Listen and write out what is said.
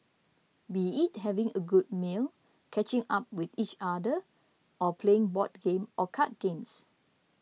be it having a good meal catching up with each other or playing board game or card games